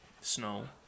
snow